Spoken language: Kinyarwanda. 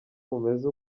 bumeze